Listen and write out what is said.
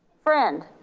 friend?